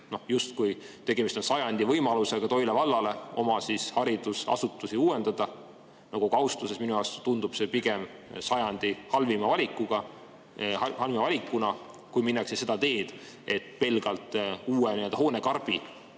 justkui on tegemist sajandi võimalusega Toila vallal oma haridusasutusi uuendada. Kogu austuses, minu arust tundub see pigem sajandi halvima valikuna, kui minnakse seda teed, et pelgalt uue hoonekarbi